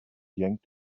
yanked